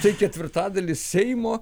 tai ketvirtadalis seimo